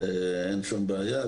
אין שום בעיה.